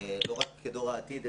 לא רק כדור העתיד,